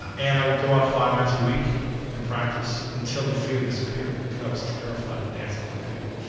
and i would go out five nights a week and practice, until the fear disappeared. cause i was terrified to dance in front of people.